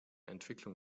entwicklung